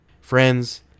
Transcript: Friends